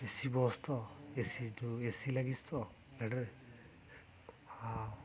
ଏ C bus ତ A C ଯେଉଁ A C ଲାଗିଛି ତ ଗାଡ଼ିରେ ହଁ